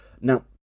now